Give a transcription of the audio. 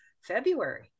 February